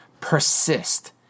Persist